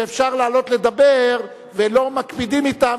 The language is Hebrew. שאפשר לעלות לדבר ולא מקפידים אתם,